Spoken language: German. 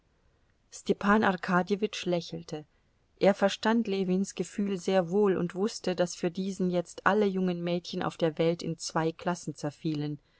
arkadjewitsch lächelte er verstand ljewins gefühl sehr wohl und wußte daß für diesen jetzt alle jungen mädchen auf der welt in zwei klassen zerfielen